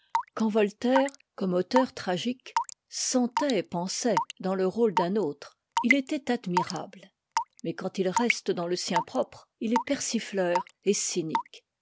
quand voltaire comme auteur tragique sentait et pensait dans le rôle d'un autre il était admirable mais quand reste dans le sien propre il est persifleur et cynique